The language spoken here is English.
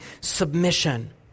submission